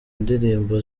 ndirimbo